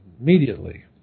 immediately